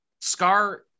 Scar